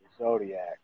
Zodiac